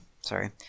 Sorry